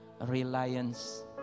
reliance